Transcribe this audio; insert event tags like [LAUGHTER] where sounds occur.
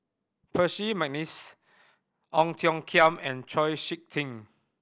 Percy McNeice Ong Tiong Khiam and Chau Sik Ting [NOISE]